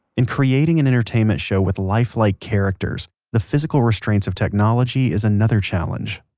in creating an entertainment show with life-like characters, the physical restraints of technology is another challenge